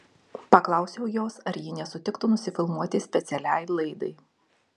paklausiau jos ar ji nesutiktų nusifilmuoti specialiai laidai